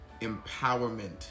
empowerment